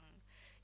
mm